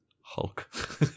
Hulk